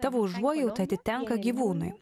tavo užuojauta atitenka gyvūnui